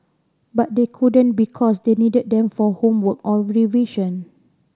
but they couldn't because they needed them for homework or vision